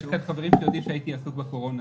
יש כאן חברים שיודעים שהייתי עסוק בקורונה